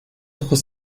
ojos